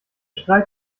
streit